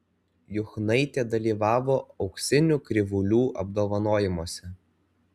juchnaitė dalyvavo auksinių krivūlių apdovanojimuose